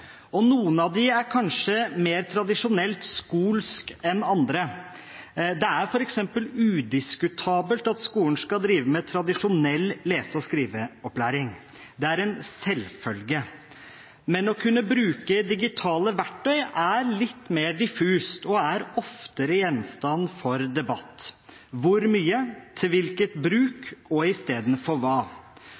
side. Noen av dem er kanskje mer tradisjonelt «skolske» enn andre. Det er f.eks. udiskutabelt at skolen skal drive med tradisjonell lese- og skriveopplæring. Det er en selvfølge. Men å kunne bruke digitale verktøy er litt mer diffust og oftere gjenstand for debatt: Hvor mye, til hvilken bruk, og